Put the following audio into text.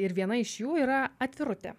ir viena iš jų yra atvirutė